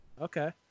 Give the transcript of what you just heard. Okay